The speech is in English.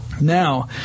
Now